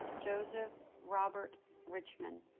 joseph robert richman